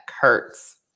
hurts